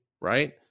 right